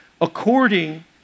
according